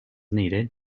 needed